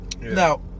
now